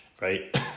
right